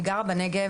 אני גרה בנגב,